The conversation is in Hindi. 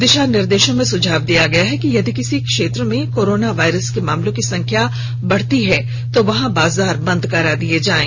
दिशा निर्देशों में सुझाव दिया गया है कि यदि किसी क्षेत्र में कोरोना वायरस के मामलों की संख्या बढ़ती है तो वहां बाजार बंद करा दिए जाएं